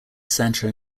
santa